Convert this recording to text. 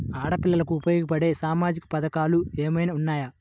ఆడపిల్లలకు ఉపయోగపడే సామాజిక పథకాలు ఏమైనా ఉన్నాయా?